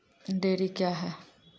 Dairy क्या हैं?